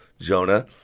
Jonah